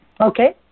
Okay